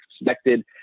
expected